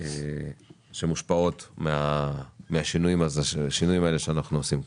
שמושפעות מהשינויים שאנחנו עושים כאן.